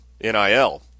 NIL